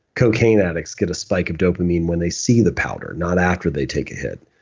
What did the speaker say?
cocaine addicts get a spike of dopamine when they see the powder not after they take a hit.